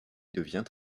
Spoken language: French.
devient